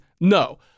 no